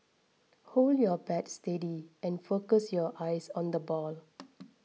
hold your bat steady and focus your eyes on the ball